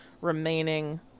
remaining